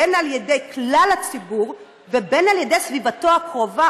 בין על ידי כלל הציבור ובין על ידי סביבתו הקרובה,